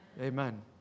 Amen